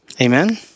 Amen